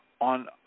on